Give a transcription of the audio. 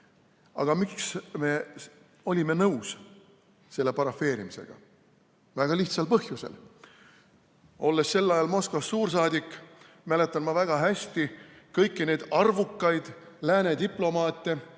Aga miks me olime nõus selle parafeerimisega? Väga lihtsal põhjusel. Olles sel ajal Moskvas suursaadik, mäletan ma väga hästi kõiki neid arvukaid lääne diplomaate,